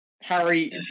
Harry